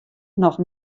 noch